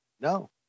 No